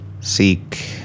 seek